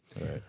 Right